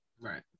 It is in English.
right